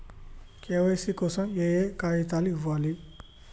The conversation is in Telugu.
కే.వై.సీ కోసం ఏయే కాగితాలు ఇవ్వాలి?